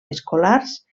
escolars